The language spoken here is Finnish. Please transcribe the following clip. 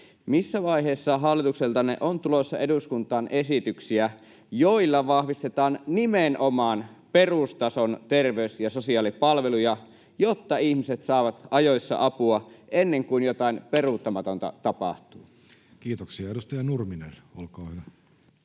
missä vaiheessa hallitukseltanne on tulossa eduskuntaan esityksiä, joilla vahvistetaan nimenomaan perustason terveys- ja sosiaalipalveluja, jotta ihmiset saavat ajoissa apua ennen kuin jotain peruuttamatonta tapahtuu? Kiitoksia. — Edustaja Nurminen, olkaa hyvä.